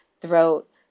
throat